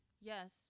Yes